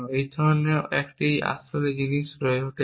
এই ধরনের একটি জিনিস আসলে ঘটেছে